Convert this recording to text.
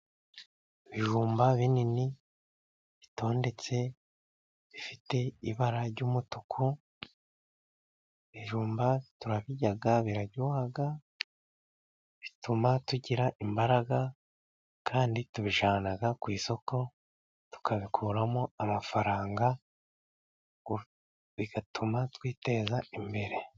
Ibijumba binini bitondetse bifite ibara ry'umutuku; ibijumba turabiryaya biraryohaha, bituma tugira imbaraga kandi tubijyana ku isoko tukabikuramo amafaranga bigatuma twiteza imbere.